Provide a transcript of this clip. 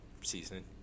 season